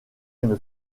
une